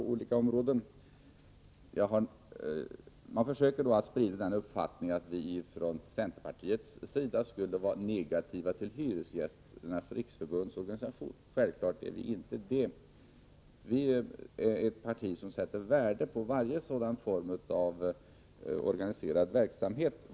Socialdemokraterna försöker sprida uppfattningen att vi i centerpartiet skulle vara negativa till Hyresgästernas riksförbunds organisation. Självfallet är vi inte det. Centern är ett parti som sätter värde på varje form av organiserad verksamhet.